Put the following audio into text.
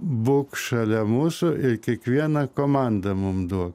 būk šalia mūsų ir kiekvieną komandą mum duok